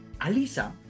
alisa